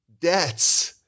debts –